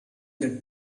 that